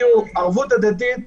ערבות הדדית קיימת,